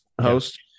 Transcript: host